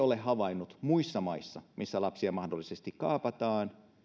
ole havainnut tätä muissa maissa missä lapsia mahdollisesti kaapataan